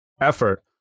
effort